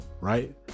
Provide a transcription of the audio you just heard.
right